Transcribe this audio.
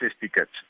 tickets